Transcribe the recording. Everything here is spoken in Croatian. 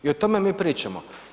I o tome mi pričamo.